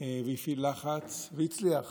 והפעיל לחץ והצליח